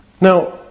Now